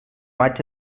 maig